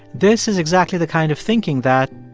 this is exactly the kind of thinking that,